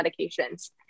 medications